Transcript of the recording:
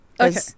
Okay